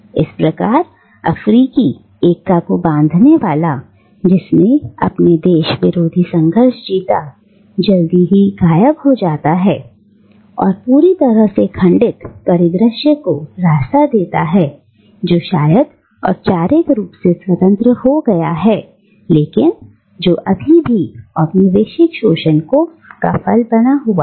इस प्रकार अफ्रीकी एकता को बांधने वाला जिसने अपने देश विरोधी संघर्ष जीता जल्दी ही गायब हो जाता है और पूरी तरह से खंडित परिदृश्य को रास्ता देता है जो शायद औपचारिक रूप से स्वतंत्र हो गया है लेकिन जो अभी भी औपनिवेशिक शोषण को फल बना हुआ है